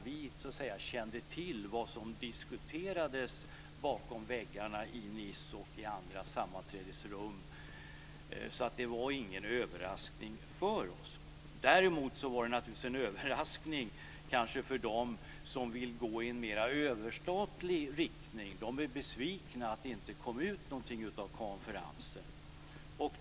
Vi kände till vad som diskuterades bakom väggarna i Nice och andra sammanträdesrum, så det var ingen överraskning för oss. Däremot var det naturligtvis kanske en överraskning för dem som vill gå i en mer överstatlig riktning. De blev besvikna över att det inte kom ut någonting av konferensen.